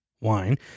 wine